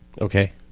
okay